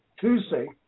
Tuesday